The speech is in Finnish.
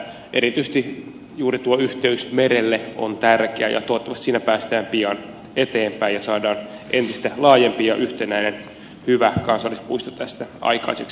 erityisesti juuri tuo yhteys merelle on tärkeä ja toivottavasti siinä päästään pian eteenpäin ja saadaan entistä laajempi ja yhtenäinen hyvä kansallispuisto tästä aikaiseksi